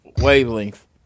wavelength